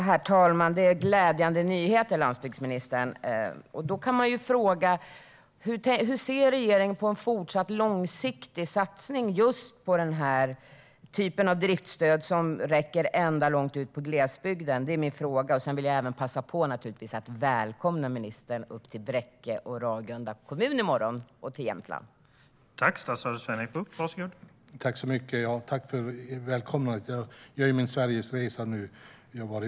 Herr talman! Det är glädjande nyheter, landsbygdsministern. Hur ser regeringen på en fortsatt långsiktig satsning just på denna typ av driftsstöd som räcker långt ut i glesbygden? Det är min fråga. Sedan vill jag naturligtvis även passa på att välkomna ministern upp till Bräcke och Ragunda kommun och till Jämtland i morgon.